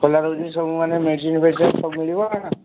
ଖୋଲା ରହୁଛି ସବୁମାନେ ମେଡ଼ିସିନ୍ ଫେଡ଼ିସିନ ସବୁ ମିଳିବ ନା